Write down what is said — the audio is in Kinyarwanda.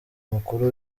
mukuru